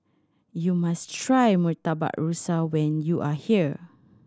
you must try Murtabak Rusa when you are here